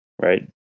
right